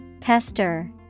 Pester